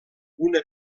una